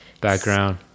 background